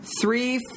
three